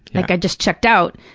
like, i just checked out.